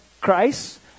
Christ